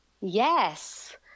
yes